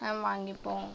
வாங்கிப்போம்